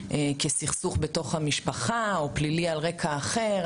כסכסוך בתוך המשפחה או פלילי על רקע אחר.